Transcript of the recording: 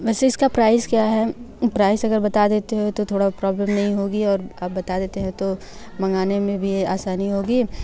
वैसे इसका प्राइस क्या है प्राइस अगर बता देते हैं तो थोड़ी प्रॉब्लम नहीं होगी और आप बता देते हैं तो मंगाने में भी आसानी होगी